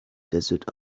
desert